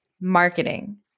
marketing